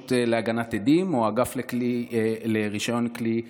להגנת עדים או האגף לרישיון כלי ירייה.